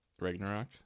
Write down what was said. Ragnarok